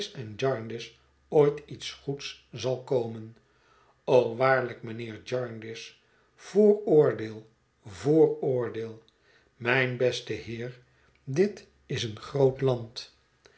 en jarndyce ooit iets goeds zal komen o waarlijk mijnheer jarndyce vooroordeel vooroordeel mijn beste heer dit is een groot land